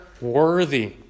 worthy